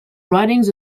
writings